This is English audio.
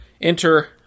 enter